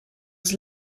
was